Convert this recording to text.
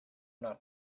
not